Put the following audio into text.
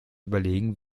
überlegen